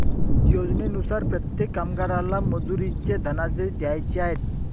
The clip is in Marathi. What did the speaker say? योजनेनुसार प्रत्येक कामगाराला मजुरीचे धनादेश द्यायचे आहेत